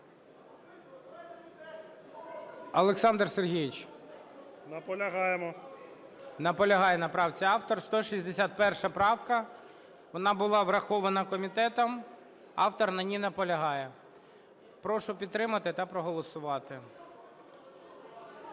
Олександр Сергійович. КОРНІЄНКО О.С. Наполягаємо. ГОЛОВУЮЧИЙ. Наполягає на правці автор. 161 правка, вона була врахована комітетом, автор на ній наполягає. Прошу підтримати та проголосувати.